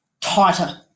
tighter